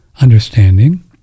understanding